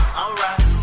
alright